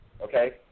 okay